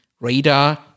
radar